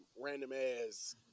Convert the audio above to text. random-ass